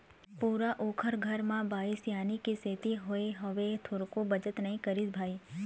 पूरा ओखर घर म बाई सियानी के सेती होय हवय, थोरको बचत नई करिस भई